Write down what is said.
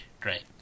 great